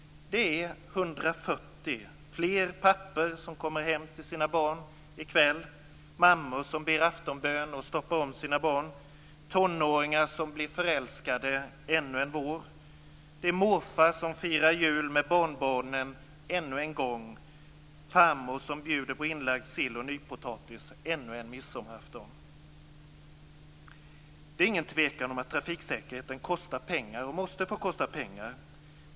Det är 140 fler pappor som kommer hem till sina barn i kväll, mammor som ber aftonbön och stoppar om sina barn, tonåringar som blir förälskade ännu en vår. Det är morfar som firar jul med barnbarnen ännu en gång, farmor som bjuder på inlagd sill och nypotatis ännu en midsommarafton. Det är ingen tvekan om att trafiksäkerhet kostar pengar och måste få kosta pengar.